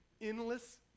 endless